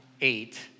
eight